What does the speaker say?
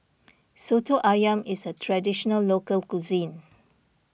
Soto Ayam is a Traditional Local Cuisine